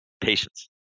patience